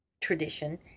tradition